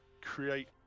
create